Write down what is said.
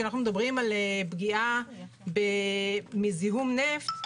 כשאנחנו מדברים על פגיעה מזיהום נפט: